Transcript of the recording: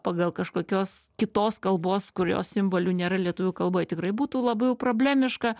pagal kažkokios kitos kalbos kurios simbolių nėra lietuvių kalboj tikrai būtų labai jau problemiška